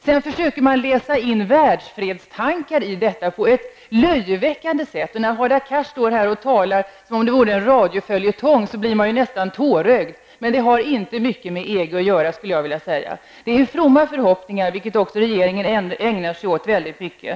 Sedan försöker man läsa in världsfredstankar i detta på ett löjeväckande sätt. När Hadar Cars står här i talarstolen och talar som om det vore en radioföljetong blir man nästan tårögd. Det har inte mycket med EG att göra, skulle jag vilja säga. Det är fromma förhoppningar, vilket också regeringen ägnar sig åt väldigt mycket.